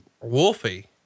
Wolfie